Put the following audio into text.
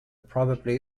probably